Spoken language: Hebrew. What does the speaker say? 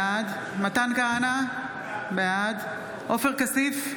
בעד מתן כהנא, בעד עופר כסיף,